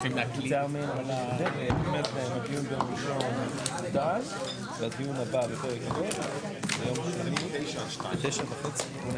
20:06.